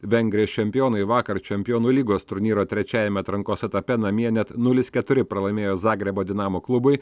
vengrijos čempionai vakar čempionų lygos turnyro trečiajame atrankos etape namie net nulis keturi pralaimėjo zagrebo dinamo klubui